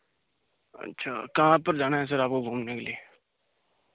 अच्छा कहाँ पर जाना है सर आपको घूमने के लिए